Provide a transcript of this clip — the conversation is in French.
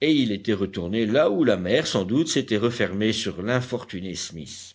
et il était retourné là où la mer sans doute s'était refermée sur l'infortuné smith